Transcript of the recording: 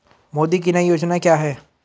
मोदी की नई योजना क्या है?